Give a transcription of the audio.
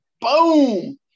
Boom